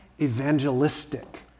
evangelistic